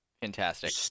Fantastic